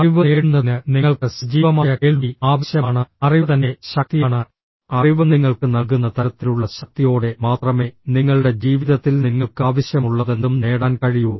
അറിവ് നേടുന്നതിന് നിങ്ങൾക്ക് സജീവമായ കേൾവി ആവശ്യമാണ് അറിവ് തന്നെ ശക്തിയാണ് അറിവ് നിങ്ങൾക്ക് നൽകുന്ന തരത്തിലുള്ള ശക്തിയോടെ മാത്രമേ നിങ്ങളുടെ ജീവിതത്തിൽ നിങ്ങൾക്ക് ആവശ്യമുള്ളതെന്തും നേടാൻ കഴിയൂ